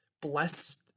blessed